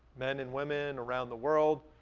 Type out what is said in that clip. men and women around the world,